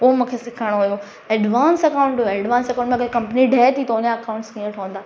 उहो मूंखे सिखणो हुयो एड्वांस अकाउंट हुयो एड्वांस अकाउंट में अगरि कंपनी ढहे थी त उन जा अकाउंट्स कीअं ठहंदा